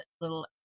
little